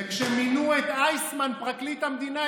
וכשמינו את איסמן לפרקליט המדינה,